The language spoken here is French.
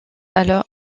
alors